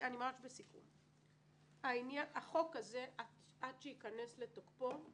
עד שהחוק הזה ייכנס לתוקפו,